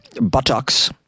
buttocks